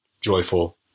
joyful